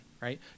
right